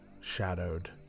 shadowed